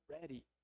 ready